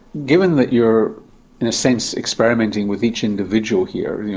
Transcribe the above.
given that you're in a sense experimenting with each individual here, yeah